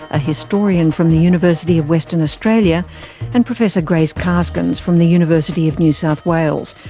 a historian from the university of western australia and professor grace karskens, from the university of new south wales,